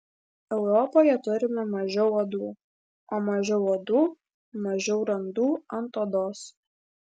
europoje turime mažiau uodų o mažiau uodų mažiau randų ant odos